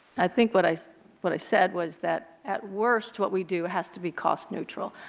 i think what i so what i said was that at worst what we do has to be cost neutral.